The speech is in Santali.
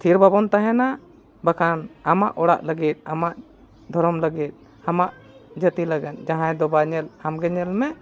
ᱛᱷᱤᱨ ᱵᱟᱵᱚᱱ ᱛᱟᱦᱮᱱᱟ ᱵᱟᱠᱷᱟᱱ ᱟᱢᱟᱜ ᱚᱲᱟᱜ ᱞᱟᱹᱜᱤᱫ ᱟᱢᱟᱜ ᱫᱷᱚᱨᱚᱢ ᱞᱟᱹᱜᱤᱫ ᱟᱢᱟᱜ ᱡᱟᱹᱛᱤ ᱞᱟᱹᱜᱤᱫ ᱡᱟᱦᱟᱸᱭ ᱫᱚ ᱵᱟᱭ ᱧᱮᱞ ᱟᱢᱜᱮ ᱧᱮᱞ ᱢᱮ